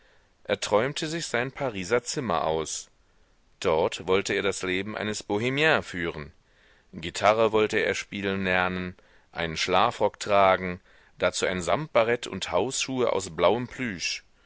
er träumte sich sein pariser zimmer aus dort wollte er das leben eines bohmien führen gitarre wollte er spielen lernen einen schlafrock tragen dazu ein samtbarett und hausschuhe aus blauem plüsch